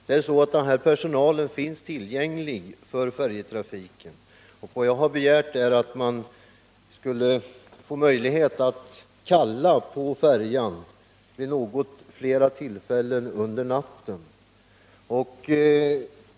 Det är så att personalen finns tillgänglig för den här färjetrafiken, och vad jag har begärt är att man skulle få möjlighet att kalla på färjan vid något fler tillfällen under natten.